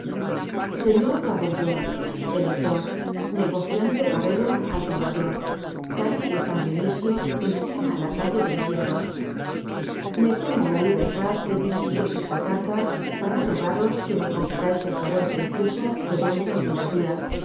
señor pabourgeot elector negociante gorrero al por mayor calle de san dionisio esquina á la calle de los hierros content from google book search generated at me tomo la libertad de dirigiros esta carta para rogaros que me concedais el favor precioso de vuestras simpatías